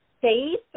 safe